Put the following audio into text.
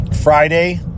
Friday